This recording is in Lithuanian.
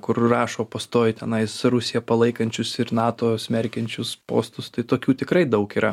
kur rašo pastoviai tenais rusiją palaikančius ir nato smerkiančius postus tai tokių tikrai daug yra